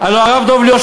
הלוא הרב דב ליאור,